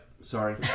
Sorry